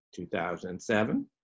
2007